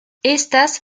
estas